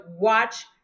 watch